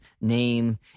name